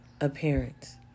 appearance